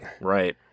Right